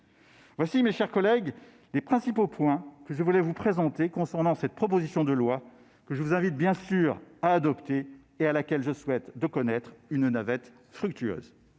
Voilà, mes chers collègues, les principaux points que je voulais vous présenter concernant cette proposition de loi que je vous invite bien sûr à adopter, et à laquelle je souhaite de connaître une navette fructueuse.